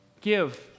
give